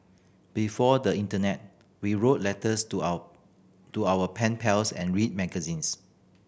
before the internet we wrote letters to our to our pen pals and read magazines